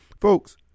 folks